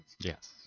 Yes